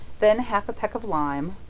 then half a peck of lime,